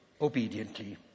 obediently